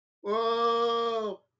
Whoa